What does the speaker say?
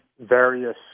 various